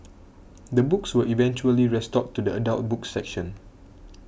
the books were eventually restored to the adult books section